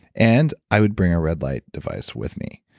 and i would bring a red light device with me.